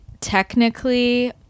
technically